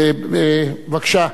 בבקשה,